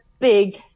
Big